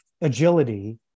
agility